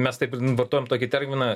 mes taip vartojam tokį terminą